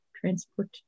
transport